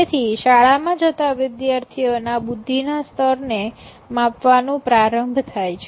તેથી શાળામાં જતા વિદ્યાર્થીઓ ના બુદ્ધિના સ્તરને માપવાનું પ્રારંભ થાય છે